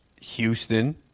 Houston